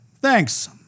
thanks